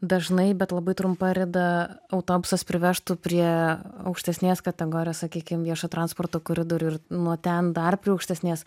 dažnai bet labai trumpa rida autobusas privežtų prie aukštesnės kategorijos sakykim viešo transporto koridorių ir nuo ten dar prie aukštesnės